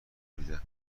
میده